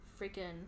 freaking